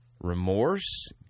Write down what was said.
remorse